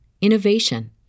innovation